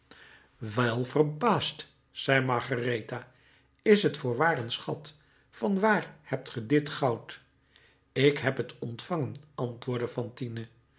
wel verbaasd zei margaretha t is voorwaar een schat van waar hebt ge dit goud ik heb het ontvangen antwoordde fantine